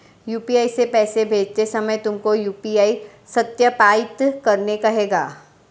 UPI से पैसे भेजते समय तुमको यू.पी.आई सत्यापित करने कहेगा